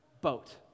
Boat